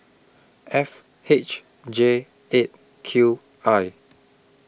F H J eight Q I